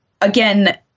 again